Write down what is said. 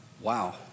wow